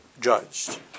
judged